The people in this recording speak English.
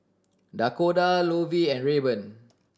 Dakoda Lovie and Rayburn